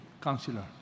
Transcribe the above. counselor